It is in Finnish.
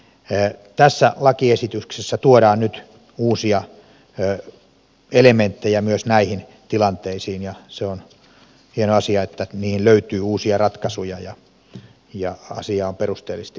tässä lakiesityksessä tuodaan nyt uusia elementtejä myös näihin tilanteisiin ja on hieno asia että niihin löytyy uusia ratkaisuja ja asiaa on perusteellisesti pohdittu